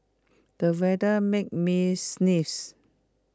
the weather made me sneeze